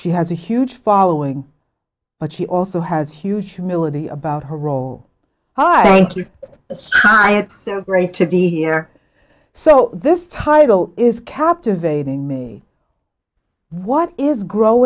she has a huge following but she also has huge humility about her role thank you so great to be here so this title is captivating me what is